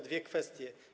Dwie kwestie.